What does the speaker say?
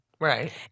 Right